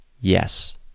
yes